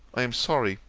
i am sorry,